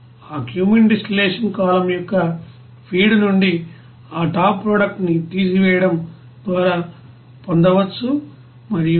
ఆ cumene distillation column యొక్క feed నుండి ఆ టాప్ ప్రోడక్ట్ ని తీసివేయడం ద్వారా పొందవచ్చు మరియు ఇది 5